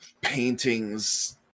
paintings